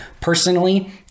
Personally